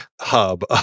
hub